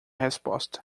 resposta